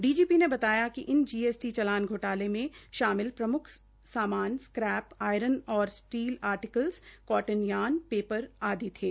DGP ने बताया कि इन जीएसटी चालान घोटाले में शामिल प्रमुख सामान स्क्रैप आयरन और steel articles cotton yarn paper आदि थे